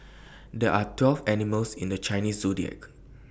there are twelve animals in the Chinese Zodiac